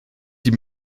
sie